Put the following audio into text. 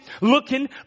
looking